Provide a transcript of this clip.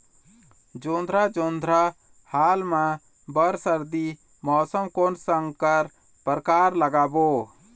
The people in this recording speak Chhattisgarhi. जोंधरा जोन्धरा हाल मा बर सर्दी मौसम कोन संकर परकार लगाबो?